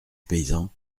paysan